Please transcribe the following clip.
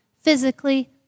physically